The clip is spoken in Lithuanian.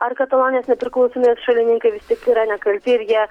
ar katalonijos nepriklausomybės šalininkai vis tik yra nekalti ir jie